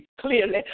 clearly